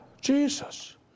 Jesus